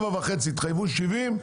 התחייבו 70?